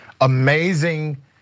amazing